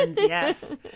yes